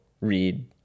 read